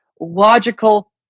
logical